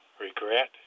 regret